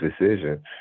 decision